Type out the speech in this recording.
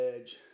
edge